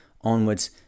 onwards